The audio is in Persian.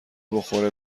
بخوره